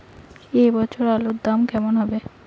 এ বছর আলুর দাম কেমন হবে?